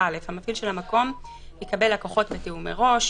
- המפעיל של המקום יקבל לקוחות בתיאום מראש,